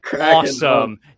awesome